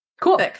cool